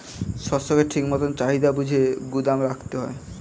শস্যকে ঠিক মতন চাহিদা বুঝে গুদাম রাখতে হয়